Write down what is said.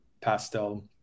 Pastel